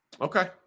Okay